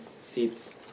seats